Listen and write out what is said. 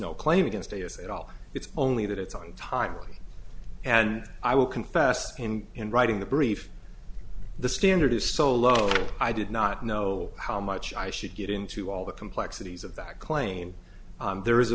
no claim against us at all it's only that it's on tightly and i will confess in writing the brief the standard is so low i did not know how much i should get into all the complexities of that clain there is a